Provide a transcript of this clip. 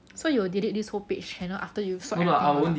so you will delete this whole page channel after you sort everything out